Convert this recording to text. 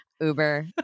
uber